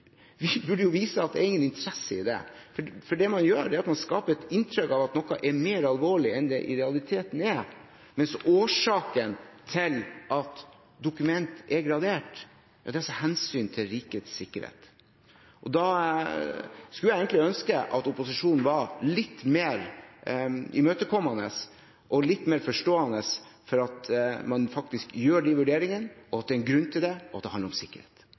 burde jo vise at det er ingen interesse i det. Det man gjør, er at man skaper et inntrykk av at noe er mer alvorlig enn det i realiteten er. Årsaken til at dokument er gradert, er hensynet til rikets sikkerhet. Da skulle jeg egentlig ønske at opposisjonen var litt mer imøtekommende og litt mer forstående for at man faktisk gjør de vurderingene, at det er en grunn til det, og at det handler om sikkerhet.